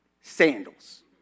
sandals